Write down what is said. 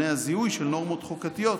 אדוני היו"ר,